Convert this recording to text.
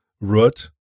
root